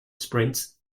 sprints